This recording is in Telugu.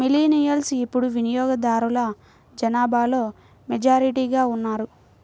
మిలీనియల్స్ ఇప్పుడు వినియోగదారుల జనాభాలో మెజారిటీగా ఉన్నారు